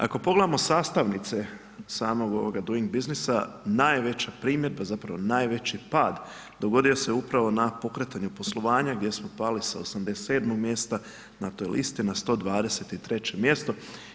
Ako pogledamo sastavnice samog doing businessa, najveća primjedba, zapravo najveći pad dogodio se upravo na pokretanju poslovanja gdje smo pali sa 87 mjesta na toj listi na 123 mjesto.